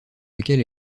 lequel